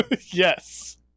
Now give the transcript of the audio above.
yes